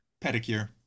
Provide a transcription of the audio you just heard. Pedicure